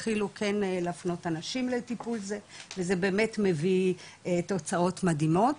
התחילו כן להפנות אנשים לטיפול זה וזה באמת מביא תוצאות מדהימות,